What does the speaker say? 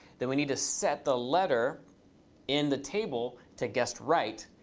then we need to set the letter in the table to guessed right.